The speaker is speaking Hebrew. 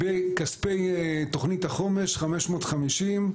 בכספי תוכנית החומש 550,